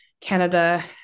Canada